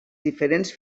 diferents